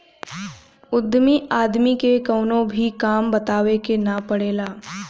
उद्यमी आदमी के कवनो भी काम बतावे के ना पड़ेला